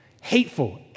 hateful